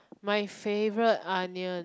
my favourite onion